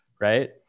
right